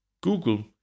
Google